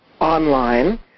online